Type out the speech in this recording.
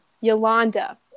Yolanda